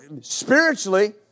spiritually